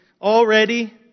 Already